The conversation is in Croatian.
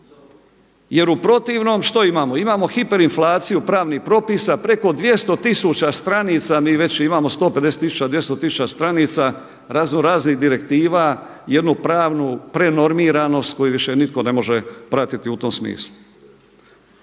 jer u protivnom što imamo? Imamo hiper inflaciju pravnih propisa preko 200 tisuća stranica mi već imamo, 150 tisuća, 200 tisuća stranica raznoraznih direktiva, jednu pravnu prenormiranost koju više nitko ne može pratiti u tome smislu.